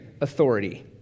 authority